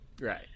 Right